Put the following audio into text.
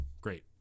Great